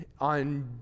on